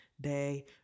day